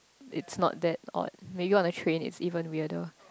it's not that odd maybe you on the train it's even weirder